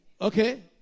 okay